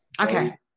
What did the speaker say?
Okay